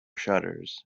shutters